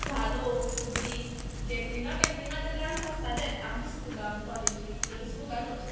धालो फुगडी गॅदरिंगा गॅदरिंगा तें डांस आसतालेत आमच्या स्कुलान कॉलेजीन स्कुलानूत